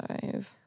five